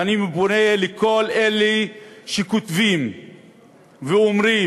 ואני פונה לכל אלה שכותבים ואומרים